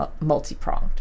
multi-pronged